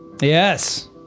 Yes